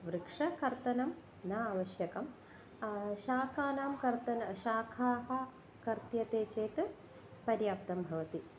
वृक्षकर्तनं न आवश्यकं शाखानां कर्तनं शाखाः कर्त्यते चेत् पर्याप्तं भवति